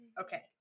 Okay